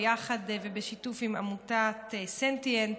ביחד ובשיתוף עם עמותת סנטיאנט,